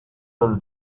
will